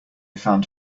found